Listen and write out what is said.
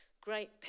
great